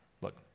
look